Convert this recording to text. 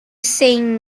seen